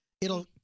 it'll-